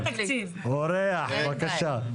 אורח, בבקשה.